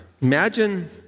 imagine